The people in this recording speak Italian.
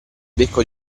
becco